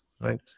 right